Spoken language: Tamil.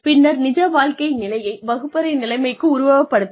பின்னர் நிஜ வாழ்க்கை நிலையை வகுப்பறை நிலைமைக்கு உருவக படுத்துங்கள்